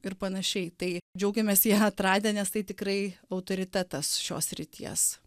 ir panašiai tai džiaugiamės ją atradę nes tai tikrai autoritetas šios srities